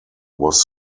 was